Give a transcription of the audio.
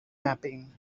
mapping